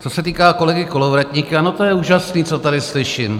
Co se týká kolegy Kolovratníka no to je úžasné, co tady slyším.